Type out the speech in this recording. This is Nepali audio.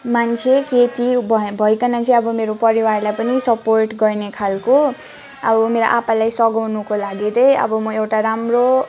मान्छे केटी भइकन चाहिँ अब मेरो परिवारलाई पनि सपोर्ट गर्ने खालको अब मेरो आप्पालाई सघाउनुको लागि चाहिँ अब म एउटा राम्रो